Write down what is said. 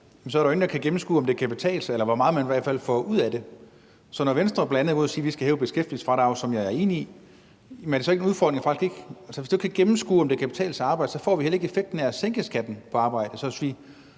er der jo ingen, der kan gennemskue, om det kan betale sig, eller hvor meget man får ud af det i hvert fald. Så når Venstre bl.a. går ud og siger, at vi skal hæve beskæftigelsesfradraget – hvilket jeg er enig i – er det så ikke en udfordring, hvis du ikke kan gennemskue, om det kan betale sig at arbejde? Så får vi heller ikke effekten af at sænke skatten på arbejde.